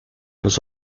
los